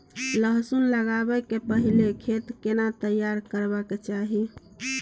लहसुन लगाबै के पहिले खेत केना तैयार करबा के चाही?